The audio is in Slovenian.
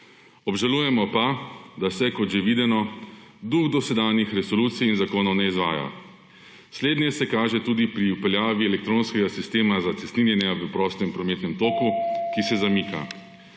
Obžalujemo pa, da se, kot že videno, duh dosedanjih resolucij in zakonov ne izvaja. Slednje se kaže tudi pri vpeljavi elektronskega sistema za cestninjenje v prostem prometnem toku / znak